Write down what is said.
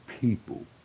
people